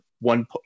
one